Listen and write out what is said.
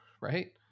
right